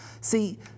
See